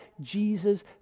Jesus